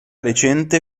recente